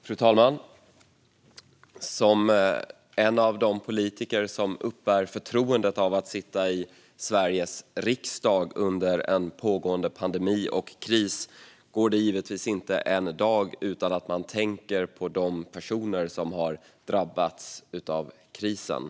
Fru talman! För oss politiker som uppbär förtroendet att sitta i Sveriges riksdag under en pågående pandemi och kris går det givetvis inte en dag utan att vi tänker på de personer som har drabbats av krisen.